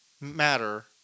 matter